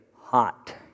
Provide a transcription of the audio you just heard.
hot